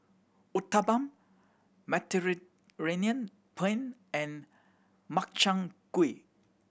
Uthapam Mediterranean Penne and Makchang Gui